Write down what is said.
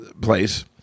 place